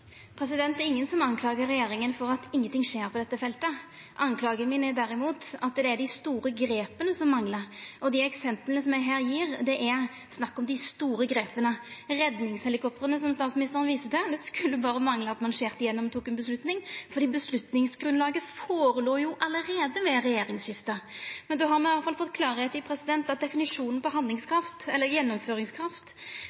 Det er ingen som skuldar regjeringa for at ingenting skjer på dette feltet. Mitt klagemål gjeld derimot at det er dei store grepa som manglar. Dei eksempla eg her gjev, gjeld dei store grepa. Når det gjeld redningshelikoptra, som statsministeren viste til, skulle det berre mangla at ein ikkje skar gjennom og tok ei avgjerd, for avgjerdsgrunnlaget låg føre allereie ved regjeringsskiftet. Men då har me iallfall fått klarlagt at definisjonen av gjennomføringskraft er at